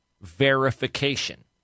verification